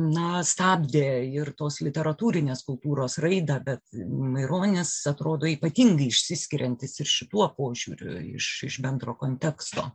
na stabdė ir tos literatūrinės kultūros raidą bet maironis atrodo ypatingai išsiskiriantis ir šituo požiūriu iš iš bendro konteksto